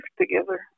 together